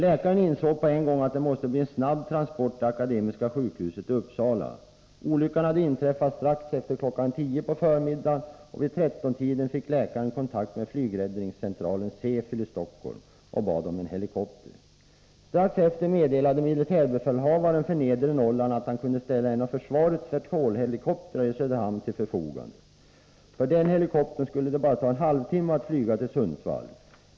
Läkaren insåg på en gång att det måste bli en snabb transport till Akademiska sjukhuset i Uppsala. Olyckan hade inträffat strax efter kl. 10 på förmiddagen, och vid 13-tiden fick läkaren kontakt med flygräddningscentralen CEFYL i Stockholm och bad om en helikopter. Strax därefter meddelade militärbefälhavaren för nedre Norrland att han kunde ställa en av försvarets Vertolhelikoptrar i Söderhamn till förfogande. För den helikoptern skulle det bara ta en halvtimme att flyga till Sundsvall.